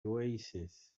oasis